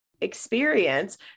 experience